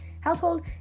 household